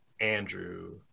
Andrew